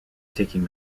taking